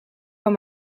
van